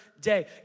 day